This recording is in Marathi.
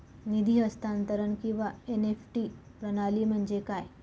निधी हस्तांतरण किंवा एन.ई.एफ.टी प्रणाली म्हणजे काय?